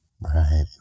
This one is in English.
Right